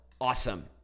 awesome